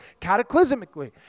cataclysmically